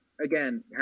again